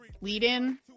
lead-in